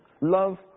love